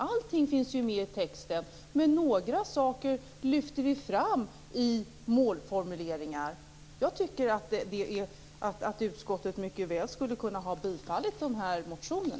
Allting finns ju med i texten. Men några saker lyfter vi fram i målformuleringar. Jag tycker att utskottet mycket väl skulle kunnat ha bifallit dessa motioner.